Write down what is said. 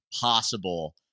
possible